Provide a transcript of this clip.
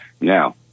Now